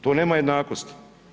To nema jednakosti.